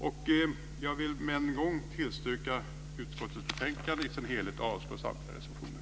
Med detta vill jag än en gång tillstyrka utskottets förslag i dess helhet och yrka avslag på samtliga reservationer.